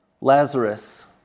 Lazarus